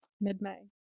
Mid-May